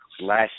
last